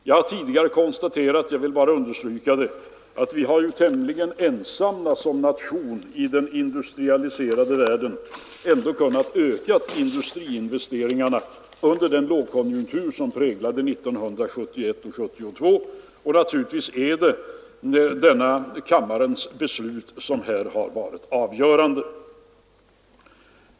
Jag har tidigare konstaterat och vill bara understryka det nu, att vi har som nation i den industrialiserade världen varit tämligen ensamma om att kunna öka industriinvesteringarna under den lågkonjunktur som präglade 1971 och 1972, och naturligtvis är det denna kammares beslut som där har varit avgörande.